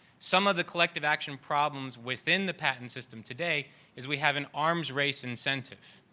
some of the collective action problems within the patent system today is we have an arms race incentive.